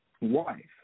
wife